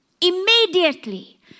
Immediately